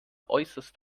äußerst